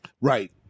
Right